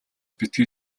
битгий